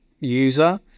user